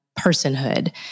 personhood